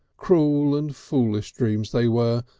cruel and foolish dreams they were,